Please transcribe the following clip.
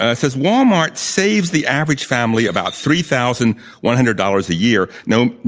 and says, walmart saves the average family about three thousand one hundred dollars a year no